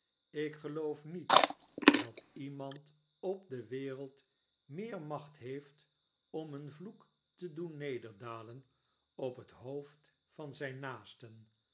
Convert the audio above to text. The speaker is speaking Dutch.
ik geloof niet dat iemand op de wereld meer macht heeft om een vloek te doen nederdalen op het hoofd van zijn naasten